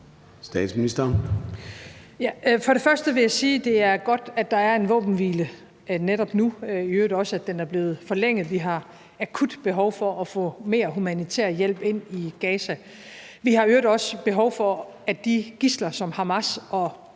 For det første vil jeg sige, at det er godt, at der er en våbenhvile netop nu, og at den i øvrigt også er blevet forlænget. Vi har akut behov for at få mere humanitær hjælp ind i Gaza. Vi har i øvrigt også behov for, at de gidsler, som Hamas og